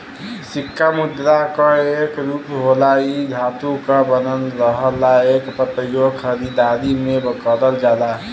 सिक्का मुद्रा क एक रूप होला इ धातु क बनल रहला एकर प्रयोग खरीदारी में करल जाला